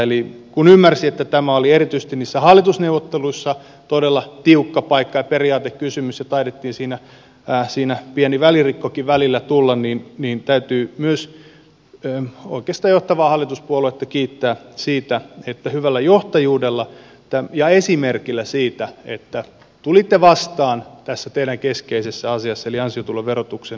eli kun ymmärsin että tämä oli erityisesti niissä hallitusneuvotteluissa todella tiukka paikka ja periaatekysymys ja taisi siinä pieni välirikkokin välillä tulla niin täytyy myös oikeastaan johtavaa hallituspuoluetta kiittää siitä että hyvällä johtajuudella ja esimerkillä tulitte vastaan tässä teidän keskeisessä asiassanne eli ansiotuloverotuksen indeksitarkistuksien osalta